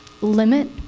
limit